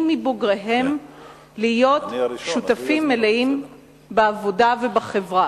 מבוגריהם להיות שותפים מלאים בעבודה ובחברה,